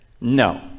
no